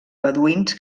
beduïns